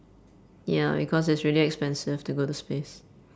ya because it's really expensive to go to space